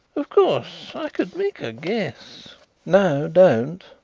of course i could make a guess no, don't,